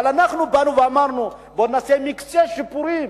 אבל אנחנו באנו ואמרנו: בוא נעשה מקצה שיפורים